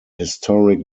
historic